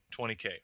20K